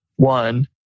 One